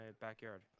backyard